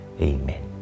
Amen